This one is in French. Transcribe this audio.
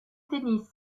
tennis